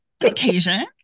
occasion